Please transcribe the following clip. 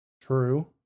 True